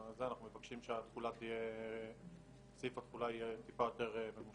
אנחנו מבקשים שסעיף התחילה יהיה יותר ממושך.